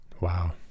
Wow